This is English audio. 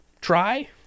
try